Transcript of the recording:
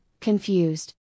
confused